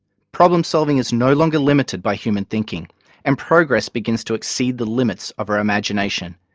problem-solving is no longer limited by human thinking and progress begins to exceed the limits of our imagination.